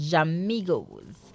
Jamigos